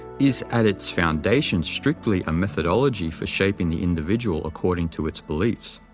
is at its foundation strictly a methodology for shaping the individual according to its beliefs.